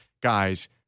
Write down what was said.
guys